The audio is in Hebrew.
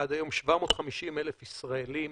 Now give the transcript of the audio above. עד היום כ-750,000 ישראלים